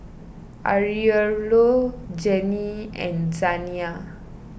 Aurelio Jennie and Zaniyah